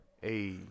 Hey